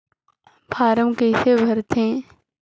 Form कइसे भरते?